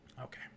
Okay